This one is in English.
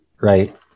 Right